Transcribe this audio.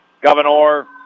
Governor